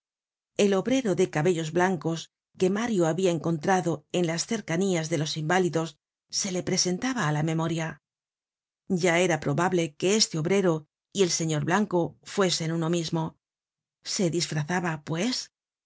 el obrero de cabellos blancos que mario habia encontrado en las cercanías de los inválidos se le presentaba á la memoria ya era proba ble que este obrero y el señor blanco fuesen uno misino se disfrazaba pues este